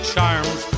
Charms